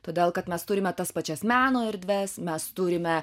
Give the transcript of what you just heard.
todėl kad mes turime tas pačias meno erdves mes turime